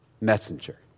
messenger